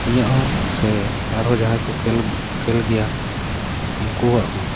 ᱤᱧᱟᱹᱜ ᱦᱚᱸ ᱥᱮ ᱟᱨᱦᱚᱸ ᱡᱟᱦᱟᱸᱭ ᱠᱚ ᱠᱷᱮᱞ ᱠᱷᱮᱞ ᱜᱮᱭᱟ ᱩᱱᱠᱩᱣᱟᱜ ᱦᱚᱸ